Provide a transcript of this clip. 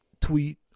tweet